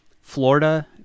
florida